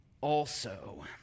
also